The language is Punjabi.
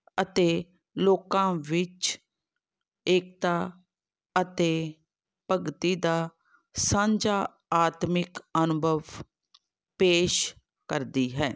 ਅਤੇ ਲੋਕਾਂ ਵਿੱਚ ਏਕਤਾ ਅਤੇ ਭਗਤੀ ਦਾ ਸਾਂਝਾ ਆਤਮਿਕ ਅਨੁਭਵ ਪੇਸ਼ ਕਰਦੀ ਹੈ